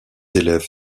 élève